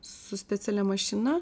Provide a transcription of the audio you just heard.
su specialia mašina